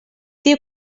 diu